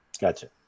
Gotcha